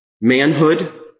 Manhood